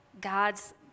God's